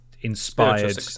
inspired